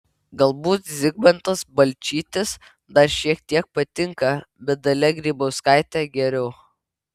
galbūt zigmantas balčytis dar šiek tiek patinka bet dalia grybauskaitė geriau